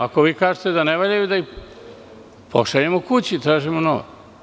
Ako vi kažete da ne valjaju, da ih pošaljemo kući i da tražimo nove.